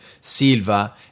Silva